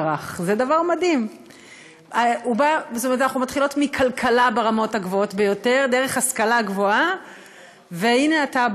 אנחנו נברך בקריאה שנייה ושלישית,